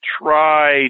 try